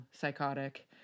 psychotic